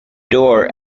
door